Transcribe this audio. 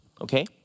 Okay